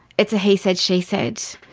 it's a he said she said.